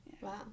Wow